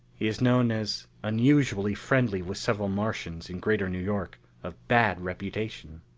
he is known as unusually friendly with several martians in greater new york of bad reputation.